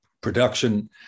production